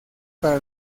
para